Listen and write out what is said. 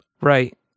right